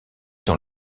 dans